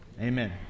Amen